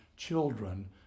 children